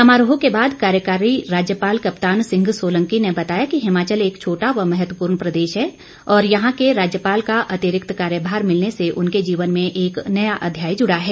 समारोह के बाद कार्यकारी राज्यपाल कप्तान सिंह सोलंकी ने बताया कि हिमाचल एक छोटा व महत्वपूर्ण प्रदेश है और यहां के राज्यपाल का अतिरिक्त कार्यभार मिलने से उनके जीवन में एक नया अध्याय जुड़ा है